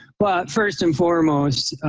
well, first and foremost,